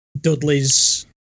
Dudley's